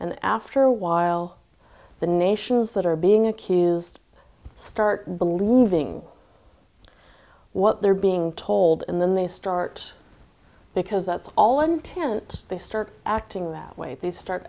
and after a while the nations that are being accused start believing what they're being told and then they start because that's all one tent they start acting that way they start